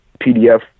PDF